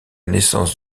naissance